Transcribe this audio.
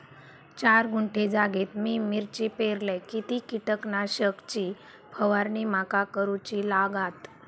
चार गुंठे जागेत मी मिरची पेरलय किती कीटक नाशक ची फवारणी माका करूची लागात?